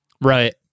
Right